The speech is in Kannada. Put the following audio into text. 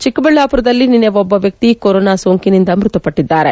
ಚಿಕ್ಕಬಳ್ಳಾಪುರದಲ್ಲಿ ನಿನ್ನೆ ಒಬ್ಬ ವ್ಯಕ್ತಿ ಕೊರೋನಾ ಸೋಂಕಿನಿಂದ ಮೃತಪಟ್ಟದ್ದಾರೆ